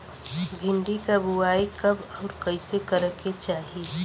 भिंडी क बुआई कब अउर कइसे करे के चाही?